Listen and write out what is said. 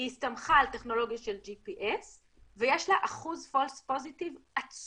היא הסתמכה על טכנולוגיה של GPS ויש לה אחוז false positive עצום.